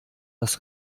das